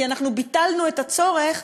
כי אנחנו ביטלנו את הצורך,